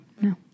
No